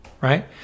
Right